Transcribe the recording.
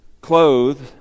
clothed